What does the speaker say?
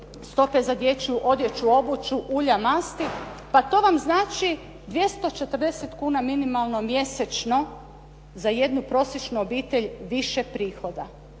stope za dječju odjeću, obuću, ulja, masti. Pa to vam znači 240 kuna minimalno mjesečno za jednu prosječnu obitelj više prihoda.